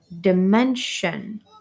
dimension